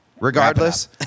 Regardless